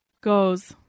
Goes